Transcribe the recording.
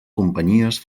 companyies